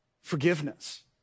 forgiveness